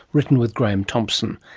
written with graham thompson.